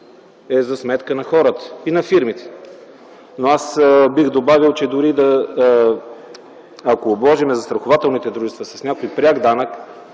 е за сметка на хората и на фирмите. Бих добавил, че ако обложим застрахователните дружества с пряк данък,